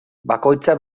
bakoitza